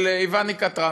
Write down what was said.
של איוונקה טראמפ,